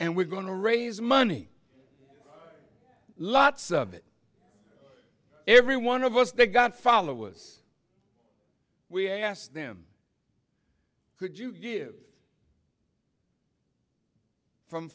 and we're going to raise money lots of it every one of us they got followers we asked them could you give from